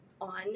on